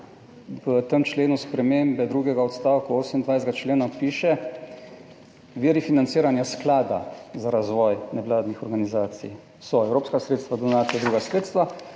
v tem členu spremembe drugega odstavka 28. člena piše, viri financiranja sklada za razvoj nevladnih organizacij so evropska sredstva, donacija druga sredstva,